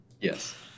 Yes